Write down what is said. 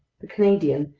the canadian,